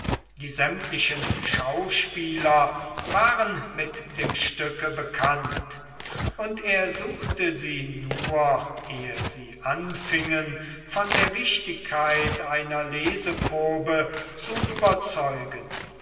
die sämtlichen schauspieler waren mit dem stücke bekannt und er suchte sie nur ehe sie anfingen von der wichtigkeit einer leseprobe zu überzeugen